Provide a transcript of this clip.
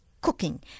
cooking